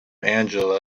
angela